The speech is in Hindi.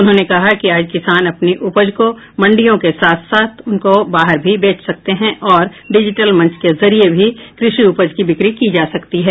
उन्होंने कहा कि आज किसान अपनी उपज को मंडियों के साथ साथ उनके बाहर भी बेच सकते हैं और डिजिटल मंच के जरिए भी क़षि उपज की बिक्री की जा सकती है